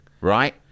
Right